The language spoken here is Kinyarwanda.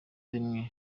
rimwe